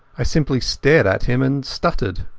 i simply stared at him and stuttered.